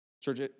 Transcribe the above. Church